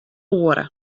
oare